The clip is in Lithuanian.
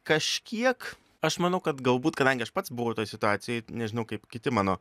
kažkiek aš manau kad galbūt kadangi aš pats buvau toj situacijoj nežinau kaip kiti mano